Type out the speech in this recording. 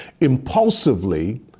Impulsively